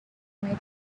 make